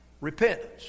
repentance